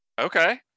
Okay